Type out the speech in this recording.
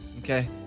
Okay